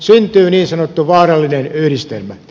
syntyy niin sanottu vaarallinen yhdistelmä